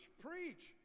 preach